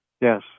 yes